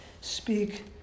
Speak